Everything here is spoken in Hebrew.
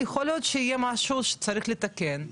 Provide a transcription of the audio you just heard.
יכול להיות שיהיה משהו שצריך לתקן,